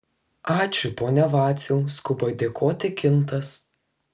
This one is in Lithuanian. ačiū pone vaciau skuba dėkoti kintas